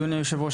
אדוני היושב-ראש,